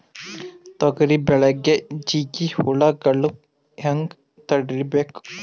ತೊಗರಿ ಬೆಳೆಗೆ ಜಿಗಿ ಹುಳುಗಳು ಹ್ಯಾಂಗ್ ತಡೀಬೇಕು?